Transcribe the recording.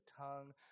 tongue